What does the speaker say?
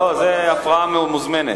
לא, זאת הפרעה מוזמנת.